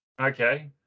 Okay